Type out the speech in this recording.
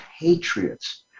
patriots